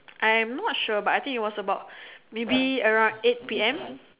I am not sure but I think it was about maybe around eight P_M